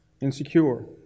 insecure